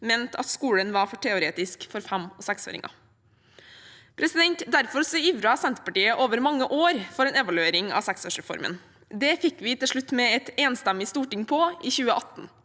mente at skolen var for teoretisk for fem- og seksåringer. Derfor ivret Senterpartiet over mange år for en evaluering av seksårsreformen. Det fikk vi til slutt med oss et enstemmig storting på i 2018.